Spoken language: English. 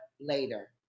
later